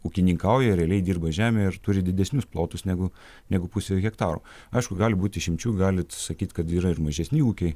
ūkininkauja realiai dirba žemę ir turi didesnius plotus negu negu pusė hektaro aišku gali būti išimčių galit sakyt kad yra ir mažesni ūkiai